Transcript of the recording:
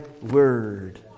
word